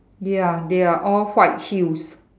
ya they are all white heels